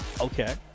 Okay